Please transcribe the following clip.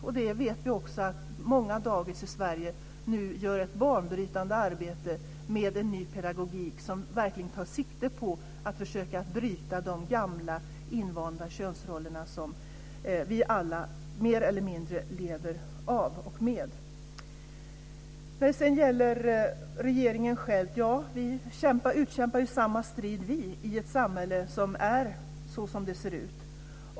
Vi vet att många dagis i Sverige nu gör ett banbrytande arbete med en ny pedagogik, som verkligen tar sikte på att försöka bryta de gamla, invanda könsrollerna som vi alla mer eller mindre lever med. Regeringen utkämpar samma strid i ett samhälle som ser ut som det gör.